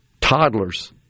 toddlers